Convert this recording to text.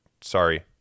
sorry